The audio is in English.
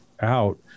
out